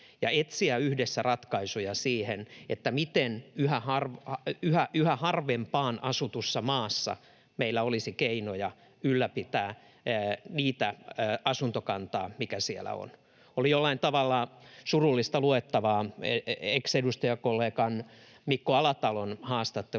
ja etsiä yhdessä ratkaisuja siihen, miten yhä harvempaan asutussa maassa meillä olisi keinoja ylläpitää sitä asuntokantaa, mikä siellä on. Oli jollain tavalla surullista luettavaa ex-edustajakollegan Mikko Alatalon haastattelu,